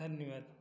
धन्यवाद